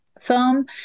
film